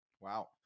Wow